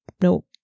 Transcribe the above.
nope